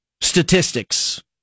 statistics